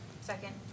Second